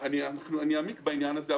אני אעמיק בעניין הזה,